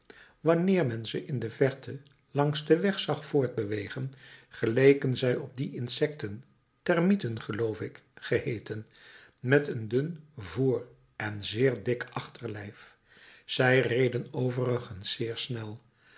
wanneer men ze in de verte langs den weg zag voortbewegen geleken zij op die insekten termiten geloof ik geheeten met een dun voor en zeer dik achterlijf zij reden overigens zeer snel